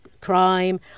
crime